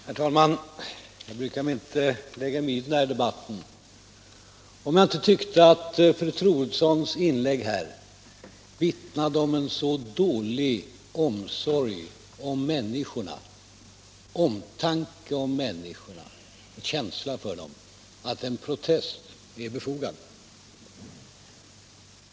Herr talman! Jag brukar inte lägga mig i den här debatten och skulle inte ha gjort det nu heller om jag inte hade tyckt att fru Troedssons inlägg här vittnade om en så dålig omsorg om människorna, omtanke om människorna och känsla för dem, att en protest är befogad.